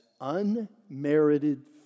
unmerited